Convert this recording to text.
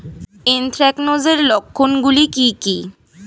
Anthracnose এর লক্ষণ গুলো কি কি?